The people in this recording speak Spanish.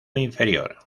inferior